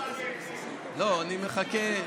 לא, אני מחכה.